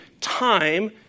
time